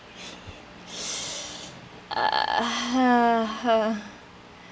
uh